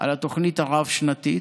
על התוכנית הרב-שנתית,